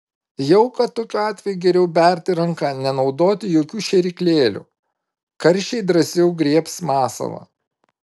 jauką tokiu atveju geriau berti ranka nenaudoti jokių šėryklėlių karšiai drąsiau griebs masalą